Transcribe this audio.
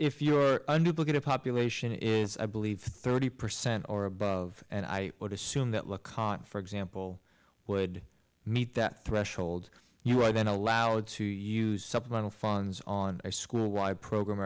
you are a new book a population is i believe thirty percent or above and i would assume that look for example would meet that threshold you i've been allowed to use supplemental funds on a school wide program